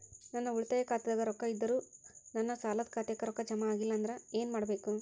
ನನ್ನ ಉಳಿತಾಯ ಖಾತಾದಾಗ ರೊಕ್ಕ ಇದ್ದರೂ ನನ್ನ ಸಾಲದು ಖಾತೆಕ್ಕ ರೊಕ್ಕ ಜಮ ಆಗ್ಲಿಲ್ಲ ಅಂದ್ರ ಏನು ಮಾಡಬೇಕು?